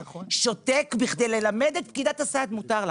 שותק בשביל ללמד את פקידת הסעד: מותר לך,